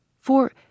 For